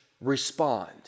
respond